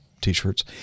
T-shirts